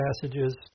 passages